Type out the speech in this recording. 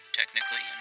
technically